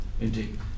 Indeed